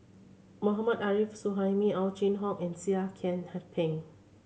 Mohammad Arif Suhaimi Ow Chin Hock and Seah Kian Peng